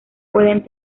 pueden